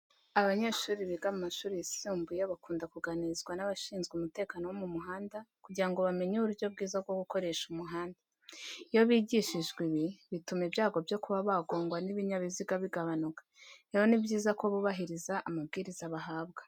Aabanyeshuri biga mu mashuri yisumbuye bakunda kuganirizwa n'abashinzwe umutekano wo mu muhanda kugira ngo bamenye uburyo bwiza bwo gukoresha umuhanda. Iyo bigishijwe ibi, bituma ibyago byo kuba bagongwa n'ibinyabiziga bigabanuka. Rero ni byiza ko bubahiriza amabwiriza bahabwa.